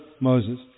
Moses